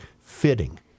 fitting